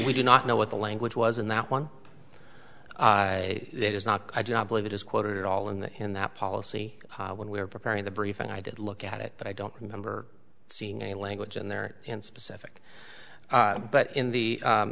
we do not know what the language was in that one it is not my job believe it is quoted at all in the in that policy when we are preparing the brief and i did look at it but i don't remember seeing any language in there in specific but in the